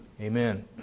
Amen